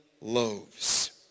loaves